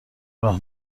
راه